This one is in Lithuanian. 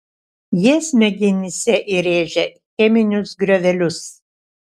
jie smegenyse įrėžia cheminius griovelius